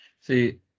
See